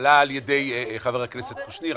עלה על ידי חבר הכנסת קושניר,